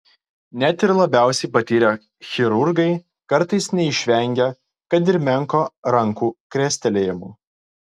net ir labiausiai patyrę chirurgai kartais neišvengia kad ir menko rankų krestelėjimo